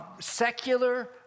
secular